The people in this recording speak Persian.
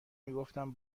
میگفتم